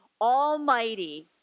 almighty